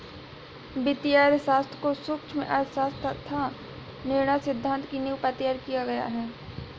वित्तीय अर्थशास्त्र को सूक्ष्म अर्थशास्त्र तथा निर्णय सिद्धांत की नींव पर तैयार किया गया है